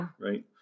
Right